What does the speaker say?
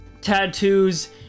tattoos